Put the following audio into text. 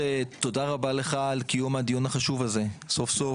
תודה רבה לך על קיום הדיון החשוב הזה סוף-סוף,